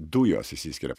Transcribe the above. dujos išsiskiria